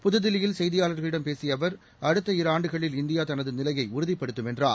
புதுதில்லியில் செய்தியாளர்களிடம் பேசிய அவர் அடுத்த இரு ஆண்டுகளில் இந்தியா தனது நிலையை உறுதிப்படுத்தும் என்றார்